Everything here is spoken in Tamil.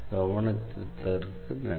கவனித்ததற்கு நன்றி